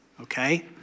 Okay